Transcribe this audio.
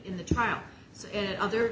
in the trial and other